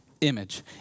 image